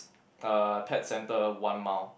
uh pet centre one mile